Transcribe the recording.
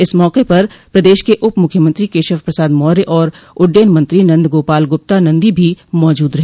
इस मौके पर प्रदेश के उपमुख्यमंत्री केशव पसाद मौर्य और उड्डयन मंत्री नन्दगोपाल गुप्ता नन्दी भी मौजूद रहे